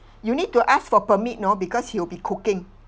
you need to ask for permit know because he'll be cooking